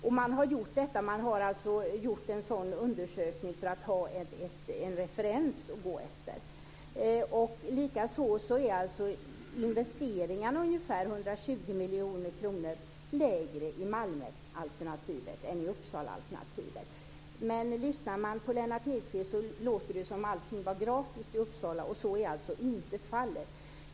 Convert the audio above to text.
En sådan undersökning har man gjort för att ha en referens att gå efter. Likaså är investeringarna ungefär 120 miljoner kronor lägre i Malmenalternativet än i Uppsalaalternativet. Men på Lennart Hedquist låter det som att allting var gratis i Uppsala, och så är alltså inte fallet.